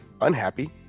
unhappy